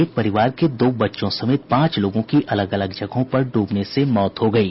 बांका में एक परिवार के दो बच्चों समेत पांच लोगों की अलग अलग जगहों पर डूबने से मौत हो गयी